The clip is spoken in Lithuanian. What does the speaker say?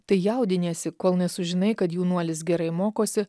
tai jaudiniesi kol nesužinai kad jaunuolis gerai mokosi